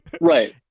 right